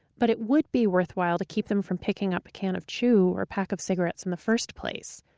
but it would be worthwhile to keep them from picking up a can of chew or pack of cigarettes in the first place.